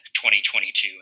2022